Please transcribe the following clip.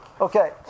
Okay